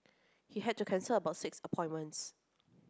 he had to cancel about six appointments